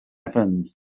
evans